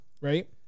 right